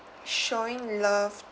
showing love